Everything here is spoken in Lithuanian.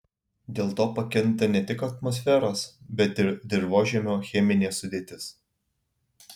dėl to pakinta ne tik atmosferos bet ir dirvožemio cheminė sudėtis